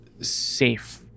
safe